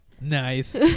nice